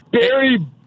Barry